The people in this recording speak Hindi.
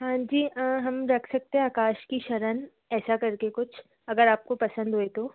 हाँ जी हम रख सकते हैं आकाश की शरण ऐसा करके कुछ अगर आपको पसंद होये तो